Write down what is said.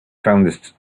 found